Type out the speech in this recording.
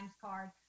card